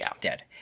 dead